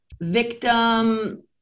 victim